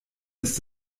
ist